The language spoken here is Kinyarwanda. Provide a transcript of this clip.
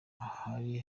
ahari